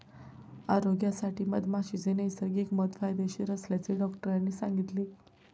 आरोग्यासाठी मधमाशीचे नैसर्गिक मध फायदेशीर असल्याचे डॉक्टरांनी सांगितले